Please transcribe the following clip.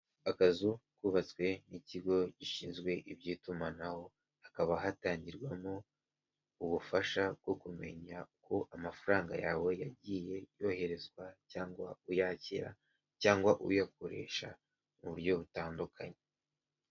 Akazu kubatswe n'ikigo gishinzwe iby'itumanaho, hakaba hatangirwamo ubufasha bwo kumenya uko amafaranga yawe yagiye yoherezwa cyangwa uyakira cyangwa uyakoresha mu buryo butandukanye.